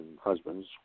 husbands